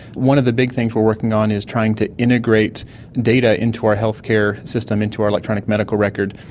one of the big things we are working on is trying to integrate data into our healthcare system, into our electronic medical record,